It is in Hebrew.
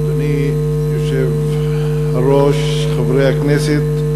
אדוני היושב-ראש, חברי הכנסת,